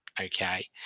okay